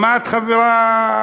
שמעת, חברה,